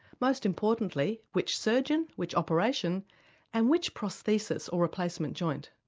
most importantly, which surgeon, which operation and which prosthesis or replacement joint.